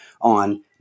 on